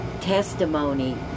testimony